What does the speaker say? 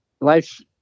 life